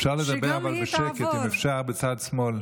אפשר לדבר, אבל בשקט, אם אפשר, בצד שמאל.